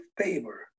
favor